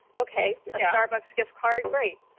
okay, a starbucks gift card, great.